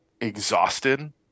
exhausted